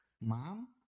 mom